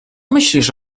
myślisz